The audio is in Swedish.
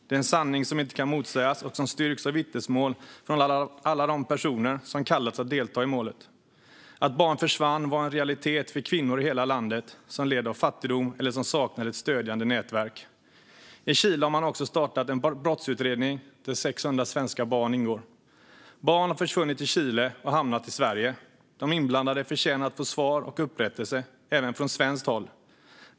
Det är en sanning som inte kan motsägas och som styrks av vittnesmål från alla de personer som kallats att delta i målet. Att barn försvann var en realitet för kvinnor i hela landet som led av fattigdom eller som saknade ett stödjande nätverk. I Chile har man också startat en brottsutredning där 600 svenska barn ingår. Barn har försvunnit i Chile och hamnat i Sverige. De inblandade förtjänar att få svar och upprättelse även från svenskt håll.